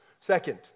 Second